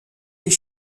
est